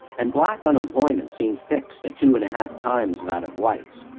and black unemployment seemed fixed at two and a half times that of whites,